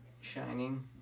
Shining